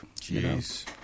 Jeez